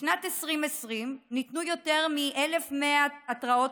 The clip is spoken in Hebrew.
בשנת 2020 ניתנו יותר מ-100,000 התראות